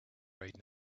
right